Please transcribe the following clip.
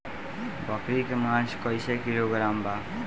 बकरी के मांस कईसे किलोग्राम बा?